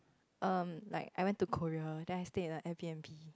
um like I went to Korea then I stayed in an Airbnb